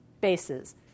bases